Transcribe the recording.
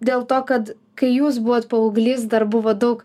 dėl to kad kai jūs buvot paauglys dar buvo daug